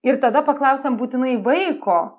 ir tada paklausiam būtinai vaiko